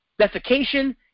defecation